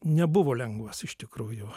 nebuvo lengvas iš tikrųjų